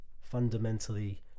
fundamentally